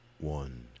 One